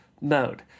mode